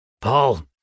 Paul